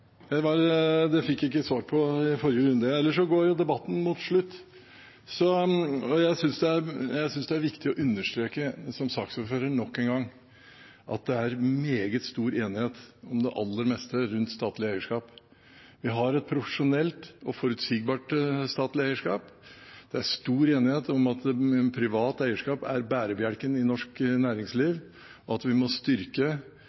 regjeringen, var det altså kun forretningsmessige interesser. Det fikk jeg ikke svar på i forrige runde. Ellers går debatten mot slutten, og jeg synes det er viktig som saksordfører å understreke nok en gang at det er meget stor enighet om det aller meste rundt statlig eierskap. Vi har et profesjonelt og forutsigbart statlig eierskap. Det er stor enighet om at privat eierskap er bærebjelken i norsk næringsliv, og at vi må styrke